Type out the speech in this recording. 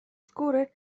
skóry